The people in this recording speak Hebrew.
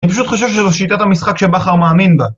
אני פשוט חושב שזו שיטת המשחק שבכר מאמין בה